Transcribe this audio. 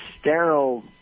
sterile